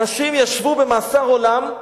אנשים ישבו במאסר עולם,